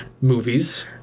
movies